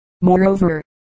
Moreover